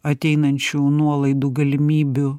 ateinančių nuolaidų galimybių